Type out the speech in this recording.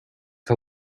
her